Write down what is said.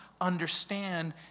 understand